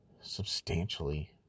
substantially